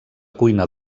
cuina